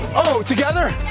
oh, together?